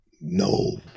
No